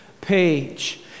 page